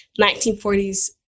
1940s